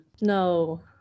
no